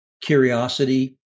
curiosity